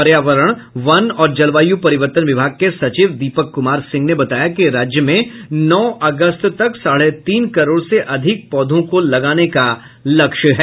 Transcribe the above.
पर्यावरण वन और जलवायु परिवर्तन विभाग के सचिव दीपक कुमार सिंह ने बताया कि राज्य में नौ अगस्त तक साढ़े तीन करोड़ से अधिक पौधों को लगाने का लक्ष्य है